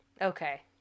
Okay